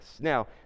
Now